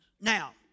Now